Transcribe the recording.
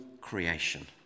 creation